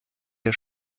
der